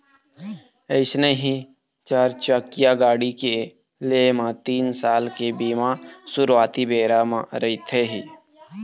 अइसने ही चारचकिया गाड़ी के लेय म तीन साल के बीमा सुरुवाती बेरा म रहिथे ही